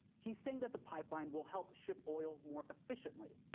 he's saying that the pipeline will help ship oil more efficiently,